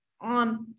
on